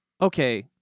Okay